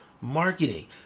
marketing